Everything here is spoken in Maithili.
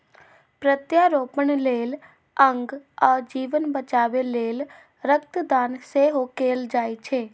प्रत्यारोपण लेल अंग आ जीवन बचाबै लेल रक्त दान सेहो कैल जाइ छै